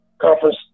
conference